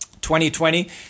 2020